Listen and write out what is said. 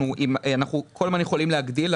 אנחנו כל הזמן יכולים להגדיל.